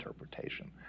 interpretation